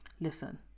listen